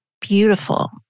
beautiful